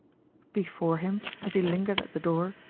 before him, as he lingered at the door,